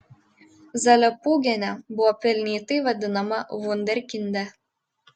zalepūgienė buvo pelnytai vadinama vunderkinde